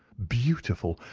beautiful!